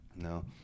No